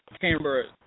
Cambridge